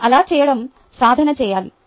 మనం అలా చేయడం సాధన చేయాలి